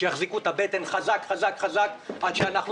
שיחזיקו את הבטן חזק חזק חזק עד שאנחנו